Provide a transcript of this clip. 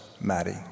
Maddie